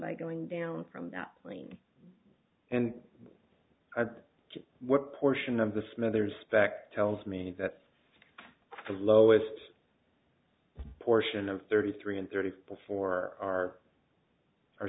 by going down from that plane and what portion of the smothers spec tells me that the lowest portion of thirty three and thirty before are are